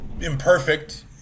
imperfect